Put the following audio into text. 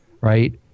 right